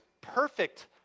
perfect